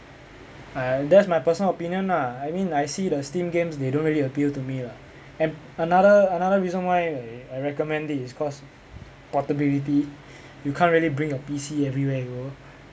I that's my personal opinion lah I mean I see the steam games they don't really appeal to me lah and another another reason why I I recommend it is cause portability you can't really bring your P_C everywhere you go